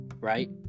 right